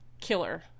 Killer